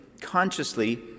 consciously